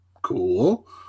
cool